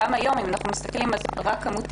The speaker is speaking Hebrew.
גם היום אם אנחנו מסתכלים כמותית,